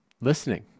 listening